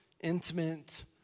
intimate